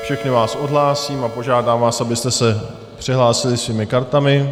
Všechny vás odhlásím a požádám vás, abyste se přihlásili svými kartami.